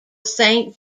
saint